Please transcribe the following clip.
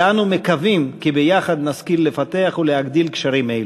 ואנו מקווים כי ביחד נשכיל לפתח ולהגדיל קשרים אלו.